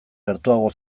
gertuago